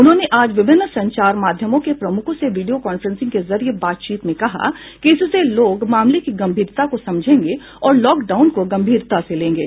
उन्होंने आज विभिन्न संचार माध्यमों के प्रमुखों से वीडियो कांफ्रेंसिंग के जरिए बातचीत में कहा कि इससे लोग मामले की गंभीरता को समझेंगे और लॉकडाउन को गंभीरता से लेंगे